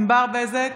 נגד ענבר בזק,